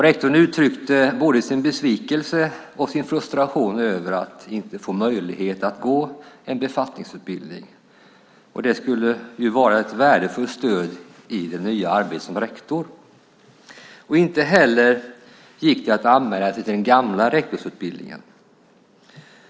Rektorn uttryckte både sin besvikelse och sin frustration över att inte få möjlighet att gå en befattningsutbildning. Det skulle vara ett värdefullt stöd i det nya arbetet som rektor. Det gick inte heller att anmäla sig till den gamla rektorsutbildningen.